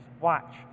Watch